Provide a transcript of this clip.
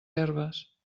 herbes